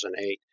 2008